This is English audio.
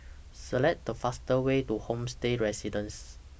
Select The fastest Way to Homestay Residences